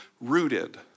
rooted